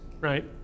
right